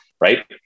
right